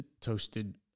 Toasted